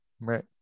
Right